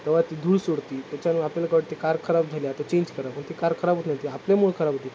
तेव्हा ती धूळ सोडते त्याच्यामुळे आपल्याला का वाटते कार खराब झाली तर चेज करावं पण ते कार खराब होत नाही ती आपल्यामुळे खराब होती